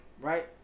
right